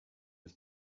his